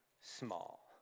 small